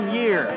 year